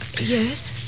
Yes